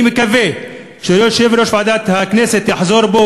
אני מקווה שיושב-ראש ועדת הכנסת יחזור בו,